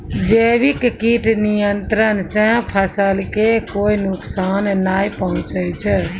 जैविक कीट नियंत्रण सॅ फसल कॅ कोय नुकसान नाय पहुँचै छै